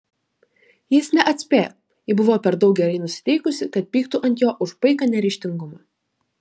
jis neatspėjo ji buvo per daug gerai nusiteikusi kad pyktų ant jo už paiką neryžtingumą